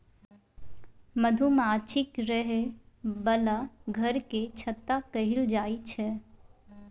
मधुमाछीक रहय बला घर केँ छत्ता कहल जाई छै